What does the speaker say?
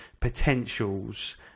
potentials